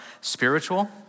spiritual